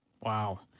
Wow